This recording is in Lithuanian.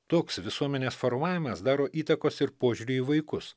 toks visuomenės formavimas daro įtakos ir požiūrį į vaikus